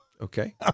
Okay